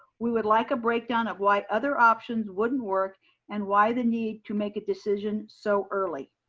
we would like a breakdown of why other options wouldn't work and why the need to make a decision so early.